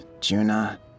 Juna